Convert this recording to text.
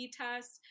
test